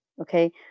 Okay